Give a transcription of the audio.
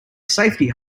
safety